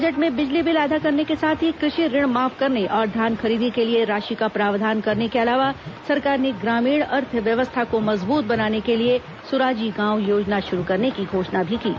budget में बिजली bill आधा करने के साथ ही कृषि ऋण माफ करने और धान खरीदी के लिए राशि का प्रावधान करने के अलावा सरकार ने ग्रामीण अर्थव्यवस्था को मजबूत बनाने के लिए सुराजी गांव योजना शुरू करने की घोषणा भी की है